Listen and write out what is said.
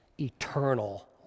eternal